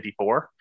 54